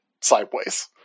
sideways